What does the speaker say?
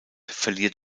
verliert